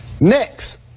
Next